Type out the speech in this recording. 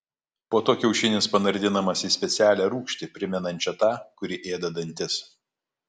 po to kiaušinis panardinamas į specialią rūgštį primenančią tą kuri ėda dantis